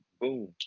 boom